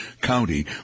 County